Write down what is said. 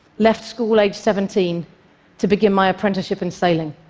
left school age seventeen to begin my apprenticeship in sailing.